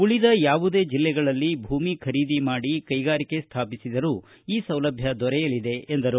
ಉಳಿದ ಯಾವುದೇ ಜೆಲ್ಲೆಗಳಲ್ಲಿ ಭೂಮಿ ಖರೀದಿ ಮಾಡಿ ಕೈಗಾರಿಕೆ ಸ್ಥಾಪಿಸಿದರೂ ಈ ಸೌಲಭ್ಯ ದೊರೆಯಲಿದೆ ಎಂದು ಹೇಳಿದರು